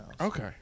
Okay